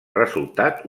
resultat